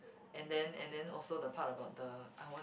and then and then also about the part about the I want